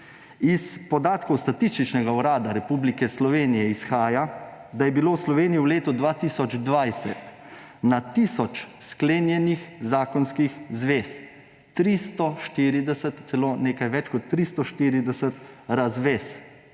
Iz podatkov Statističnega urada Republike Slovenije izhaja, da je bilo v Sloveniji v letu 2020 na tisoč sklenjenih zakonskih zvez 340, celo nekaj več kot 340, razvez